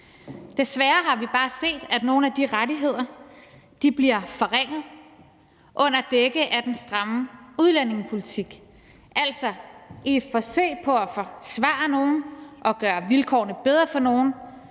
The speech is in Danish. Desværre har vi bare set, at nogle af de rettigheder bliver forringet under dække af den stramme udlændingepolitik. Altså, i et forsøg på at forsvare nogle og gøre vilkårene bedre for nogle